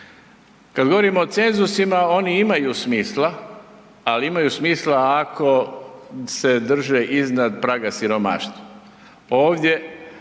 Kad govorimo o cenzusima, oni imaju smisla ali imaju smisla ako se drže iznad praga siromaštva. Ovdje